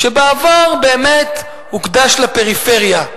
שבעבר באמת הוקדש לפריפריה,